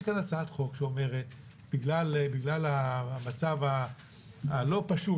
יש כאן הצעת חוק שאומרת שבגלל המצב הלא פשוט